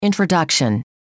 Introduction